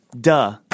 duh